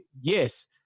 yes